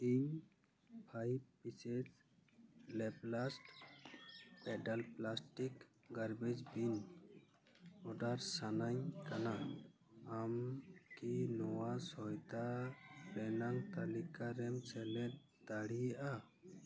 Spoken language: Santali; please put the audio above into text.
ᱤᱧ ᱯᱷᱟᱭᱤᱵ ᱯᱤᱥᱮᱥ ᱞᱮᱯᱞᱟᱥᱴ pedal plastic garbage bin order ᱥᱟᱱᱟᱧ ᱠᱟᱱᱟ ᱟᱢ ᱠᱤ ᱱᱚᱣᱟ ᱥᱚᱭᱫᱟ ᱨᱮᱱᱟᱝ ᱛᱟᱞᱤᱠᱟ ᱨᱮᱢ ᱥᱮᱞᱮᱫ ᱫᱟᱲᱮᱭᱟᱜᱼᱟ